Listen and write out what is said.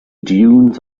dunes